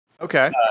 Okay